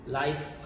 life